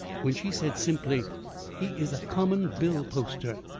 when she said simply he is a common bill-poster.